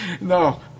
No